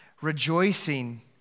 rejoicing